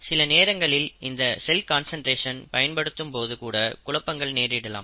சில நேரங்களில் இந்த செல் கான்சன்ட்ரேஷன் பயன்படுத்தும் போது கூட குழப்பங்கள் நேரிடலாம்